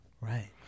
Right